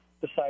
decide